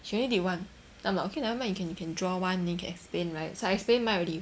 she only did one then I'm like okay nevermind you can you can draw one then you can explain right so I explained mine already